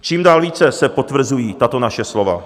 Čím dál více se potvrzují tato naše slova.